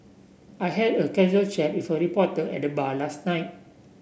I had a casual chat with a reporter at the bar last night